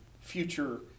future